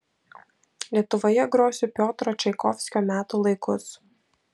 lietuvoje grosiu piotro čaikovskio metų laikus